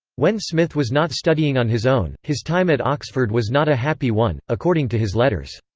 when smith was not studying on his own, his time at oxford was not a happy one, according to his letters.